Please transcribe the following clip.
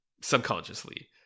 subconsciously